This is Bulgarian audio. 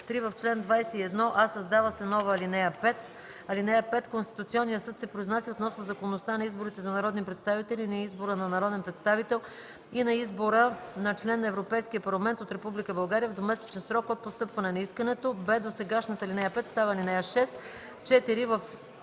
В чл. 21: а) създава се нова ал. 5: „(5) Конституционният съд се произнася относно законността на изборите за народни представители и на избора на народен представител и на избора на член на Европейския парламент от Република България в двумесечен срок от постъпване на искането.”; б) досегашната ал. 5 става ал. 6. 4.